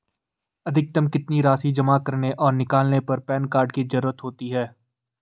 अधिकतम कितनी राशि जमा करने और निकालने पर पैन कार्ड की ज़रूरत होती है?